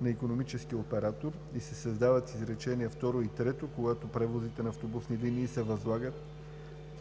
на икономически оператор“ и се създават изречения второ и трето: „Когато превозите по автобусни линии се възлагат,